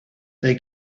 they